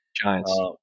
Giants